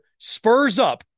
SPURSUP